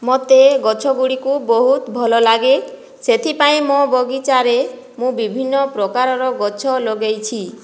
ମୋତେ ଗଛ ଗୁଡ଼ିକୁ ବହୁତ ଭଲଲାଗେ ସେଥିପାଇଁ ମୋ ବଗିଚାରେ ମୁଁ ବିଭିନ୍ନପ୍ରକାରର ଗଛ ଲଗେଇଛି